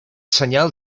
senyal